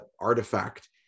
artifact